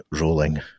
rolling